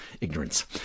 ignorance